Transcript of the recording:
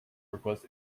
request